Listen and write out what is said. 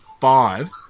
five